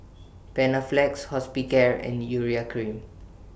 Panaflex Hospicare and Urea Cream